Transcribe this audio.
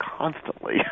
constantly